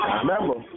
Remember